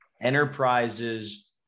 enterprises